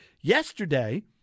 Yesterday